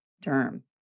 term